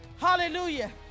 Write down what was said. hallelujah